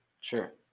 sure